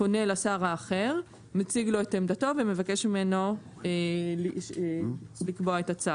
פונה לשר האחר מציג לו את עמדתו ומבקש ממנו לקבוע את הצו.